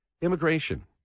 Immigration